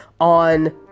on